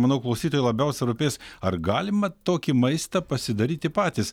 manau klausytojai labiausiai rūpės ar galima tokį maistą pasidaryti patys